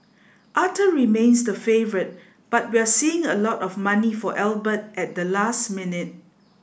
Arthur remains the favourite but we're seeing a lot of money for Albert at the last minute